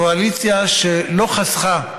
קואליציה שלא חסכה,